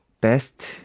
best